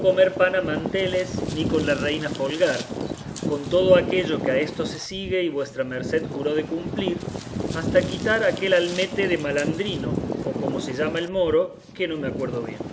comer pan a manteles ni con la reina folgar con todo aquello que a esto se sigue y vuestra merced juró de cumplir hasta quitar aquel almete de malandrino o como se llama el moro que no me acuerdo bien